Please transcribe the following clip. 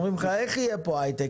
אומרים לך איך יהיה פה היי-טק?